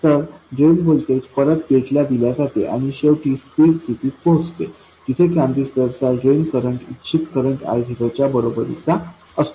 तर drain voltage परत गेटला दिल्या जाते आणि शेवटी स्थिर स्थितीत पोहोचते जिथे ट्रांझिस्टरचा ड्रेन करंट इच्छित करंट I0 च्या बरोबरीचा असतो